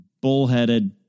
bullheaded